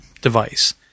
device